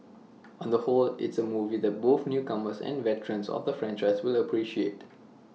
on the whole it's A movie that both newcomers and veterans of the franchise will appreciate